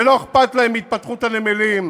ולא אכפת להם מהתפתחות הנמלים,